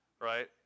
right